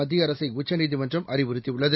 மத்திய அரசை உச்சநீதிமன்றம் அறிவுறுத்தியுள்ளது